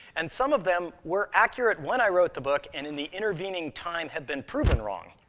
and some of them were accurate when i wrote the book and in the intervening time have been proven wrong.